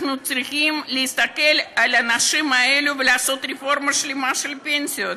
אנחנו צריכים להסתכל על האנשים האלה ולעשות רפורמה שלמה של פנסיות,